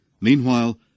Meanwhile